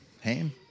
Ham